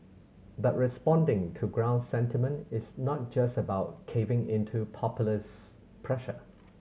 but responding to ground sentiment is not just about caving into populist pressure